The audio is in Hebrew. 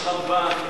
יש רמב"ן,